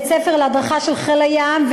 בית-הספר להדרכה של חיל הים,